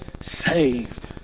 saved